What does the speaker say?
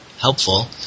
helpful